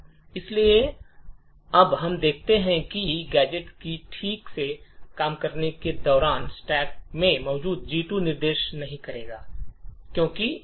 इसलिए अब हम देखते हैं कि एड गैजेट को ठीक से काम करने के दौरान स्टैक में मौजूद G2 निष्पादित नहीं करेगा क्योंकि यह दूषित हो गया है